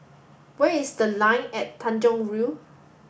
where is The Line at Tanjong Rhu